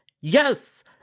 Yes